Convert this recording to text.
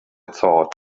thought